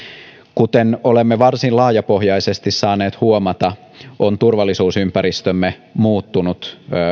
kuten olemme varsin laajapohjaisesti saaneet huomata on turvallisuusympäristömme muuttunut